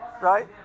right